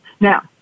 Now